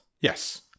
Yes